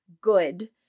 good